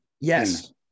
Yes